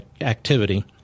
activity